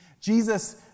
Jesus